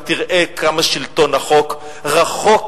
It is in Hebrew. ותראה כמה שלטון החוק רחוק,